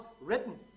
written